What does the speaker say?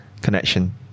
connection